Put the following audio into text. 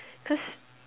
cause